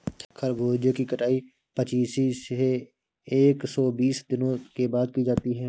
खरबूजे की कटाई पिचासी से एक सो बीस दिनों के बाद की जाती है